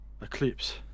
Eclipse